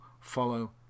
Follow